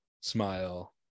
Smile